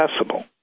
accessible